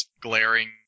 glaring